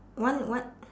one what